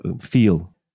feel